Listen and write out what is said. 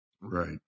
Right